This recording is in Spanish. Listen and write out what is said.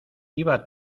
iba